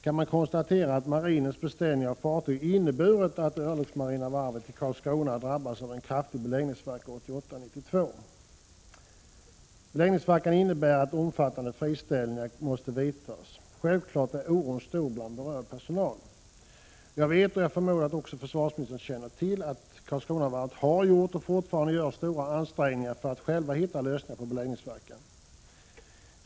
Man kan konstatera att marinens beställning av fartyg har inneburit att det örlogsmarina varvet i Karlskrona kommer att drabbas av en kraftig beläggningssvacka under 1988-1992. Prot. 1986/87:118 Beläggningssvackan innebär att omfattande friställningar måste vidtas. 7 maj 1987 Självfallet är oron stor bland berörd personal. Jag vet — och jag förmodar att också försvarsministern känner till det — att Karlskronavarvet har gjort och fortfarande gör stora ansträngningar för att självt hitta lösningar när det gäller beläggningssvackan.